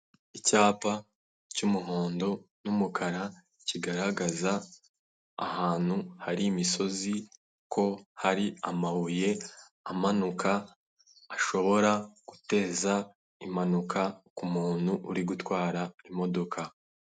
Abantu b'ingeri zitandukanye barahagaze bari kwifotoza harimo; umugore, harimo umukobwa, ndetse abasigaye n'abagabo bambaye amakositimu. Inyuma yabo hari icyapa cy'ikigo cy'igihugu cy'ubwisungane mu kwivuza.